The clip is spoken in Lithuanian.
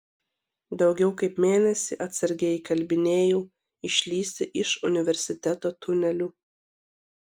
daugiau kaip mėnesį atsargiai įkalbinėjau išlįsti iš universiteto tunelių